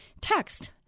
text